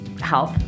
help